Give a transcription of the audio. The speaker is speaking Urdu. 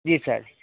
جی سر